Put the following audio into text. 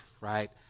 right